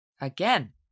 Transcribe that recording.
again